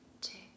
two